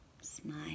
smile